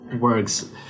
works